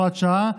הוראת שעה,